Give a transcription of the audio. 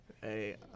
Hey